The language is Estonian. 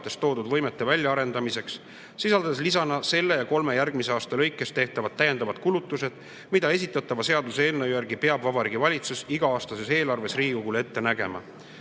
toodud võimete väljaarendamiseks, sisaldades lisana selle ja kolme järgmise aasta lõikes tehtavad täiendavad kulutused, mida esitatava seaduseelnõu järgi peab Vabariigi Valitsus iga aasta Riigikogule esitatavas eelarves ette nägema.